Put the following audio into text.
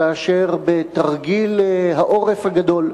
כאשר בתרגיל העורף הגדול,